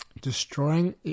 destroying